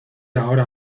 ahora